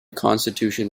constitution